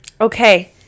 Okay